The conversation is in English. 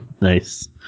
Nice